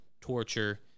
torture